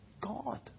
God